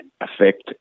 affect